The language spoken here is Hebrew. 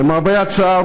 למרבה הצער,